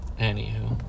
Anywho